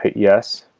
yes